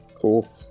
Cool